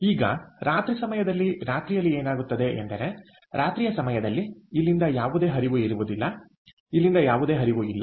ಈಗ ರಾತ್ರಿಯ ಸಮಯದಲ್ಲಿ ರಾತ್ರಿಯಲ್ಲಿ ಏನಾಗುತ್ತದೆ ಎಂದರೆ ರಾತ್ರಿಯ ಸಮಯದಲ್ಲಿ ಇಲ್ಲಿಂದ ಯಾವುದೇ ಹರಿವು ಇರುವುದಿಲ್ಲ ಇಲ್ಲಿಂದ ಯಾವುದೇ ಹರಿವು ಇಲ್ಲ